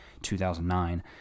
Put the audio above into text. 2009